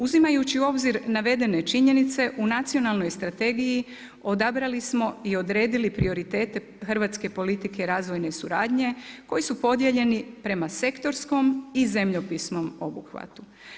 Uzimajući u obzir navedene činjenice u Nacionalnoj strategiji odabrali smo i odredili prioritete hrvatske politike razvojne suradnje koji su podijeljeni prema sektorskom i zemljopisnom obuhvatu.